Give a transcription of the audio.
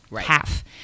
half